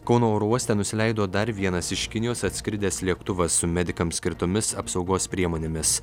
kauno oro uoste nusileido dar vienas iš kinijos atskridęs lėktuvas su medikams skirtomis apsaugos priemonėmis